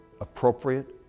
appropriate